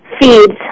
feeds